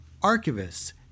archivists